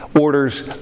orders